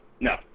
No